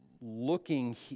looking